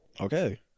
Okay